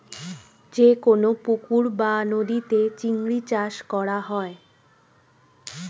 যে কোন পুকুর বা নদীতে চিংড়ি চাষ করা হয়